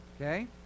Okay